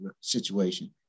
situation